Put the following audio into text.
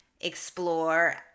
explore